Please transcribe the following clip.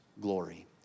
glory